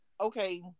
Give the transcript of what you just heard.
okay